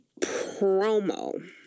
promo